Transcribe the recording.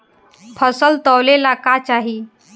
फसल तौले ला का चाही?